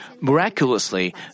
miraculously